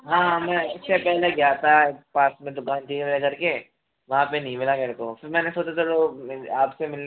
हाँ मैं इसके पहले गया था पास में दुकान थी मेरे घर के वहाँ पर नहीं मिला मेरे को फिर मैंने सोचा चलो आपसे मिलने गया